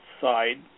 side